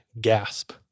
gasp